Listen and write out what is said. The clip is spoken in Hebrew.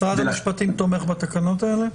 משרד המשפטים תומך בתקנות האלה?